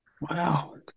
Wow